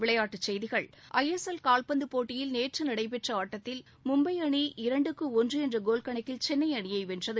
விளையாட்டுச் செய்திகள் I S L கால்பந்து போட்டியில் நேற்று நடைபெற்ற ஆட்டத்தில் மும்பை அணி இரண்டுக்கு ஒன்று என்ற கோல் கணக்கில் சென்னை அணியை வென்றது